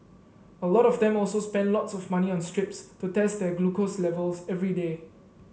a lot of them also spend lots of money on strips to test their glucose levels every day